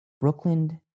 Brooklyn –